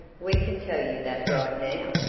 we can tell you that right now,